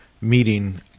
meeting